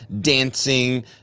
dancing